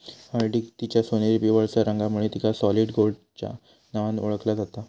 हळदीक तिच्या सोनेरी पिवळसर रंगामुळे तिका सॉलिड गोल्डच्या नावान ओळखला जाता